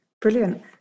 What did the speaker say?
Brilliant